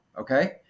Okay